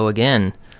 Again